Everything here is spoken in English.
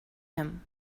him